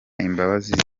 imbabazi